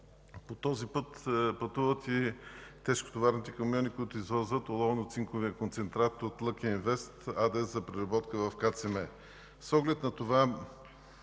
По този път пътуват и тежкотоварните камиони, които извозват оловно-цинковия концентрат от „Лъки инвест” АД за преработка в КЦМ.